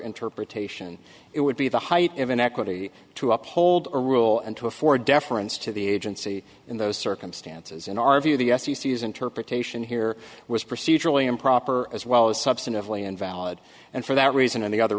interpretation it would be the height of inequity to uphold a rule and to afford deference to the agency in those circumstances in our view the f c c is interpretation here was procedurally improper as well as substantively invalid and for that reason and the other